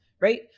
Right